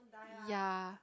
yeah